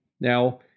Now